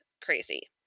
crazy